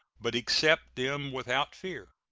but accept them without fear.